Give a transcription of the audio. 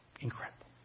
Incredible